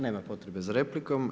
Nema potrebe za replikom.